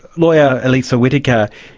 lawyer elisa whittaker,